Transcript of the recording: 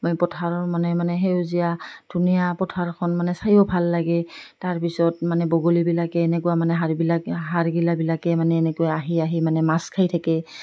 ম পথাৰৰ মানে মানে সেউজীয়া ধুনীয়া পথাৰখন মানে চাইও ভাল লাগে তাৰপিছত মানে বগলীবিলাকে এনেকুৱা মানে হাড়গিলাক হাড়গিলাবিলাকে মানে এনেকৈ আহি আহি মানে মাছ খাই থাকে